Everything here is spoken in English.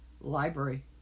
library